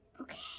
Okay